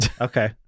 okay